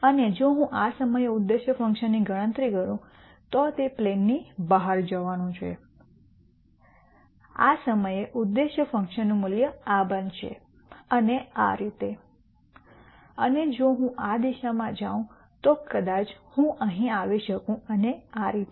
અને જો હું આ સમયે ઉદ્દેશ્ય ફંકશનની ગણતરી કરું તો તે પ્લેન ની બહાર જવાનું છે આ સમયે ઉદ્દેશ્ય ફંકશનનું મૂલ્ય આ બનશે અને આ રીતે અને જો હું આ દિશામાં જઉં તો હું કદાચ અહીં આવી શકું અને આ રીતે